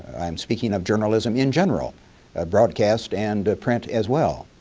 i'm speaking of journalism in general, of broadcast and print as well.